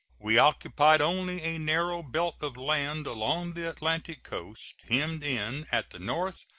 we occupied only a narrow belt of land along the atlantic coast, hemmed in at the north,